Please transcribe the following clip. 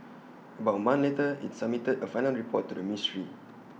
about A month later IT submitted A final report to the ministry